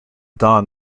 don